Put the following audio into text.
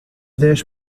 dez